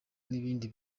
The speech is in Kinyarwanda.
n’ibindi